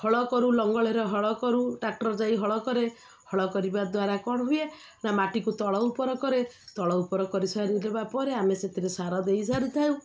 ହଳ କରୁ ଲଙ୍ଗଳରେ ହଳ କରୁ ଟ୍ରାକ୍ଟର୍ ଯାଇ ହଳ କରେ ହଳ କରିବା ଦ୍ୱାରା କ'ଣ ହୁଏ ନା ମାଟିକୁ ତଳ ଉପର କରେ ତଳ ଉପର କରି ସାର ନେବା ପରେ ଆମେ ସେଥିରେ ସାର ଦେଇ ସାରିଥାଉ